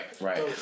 right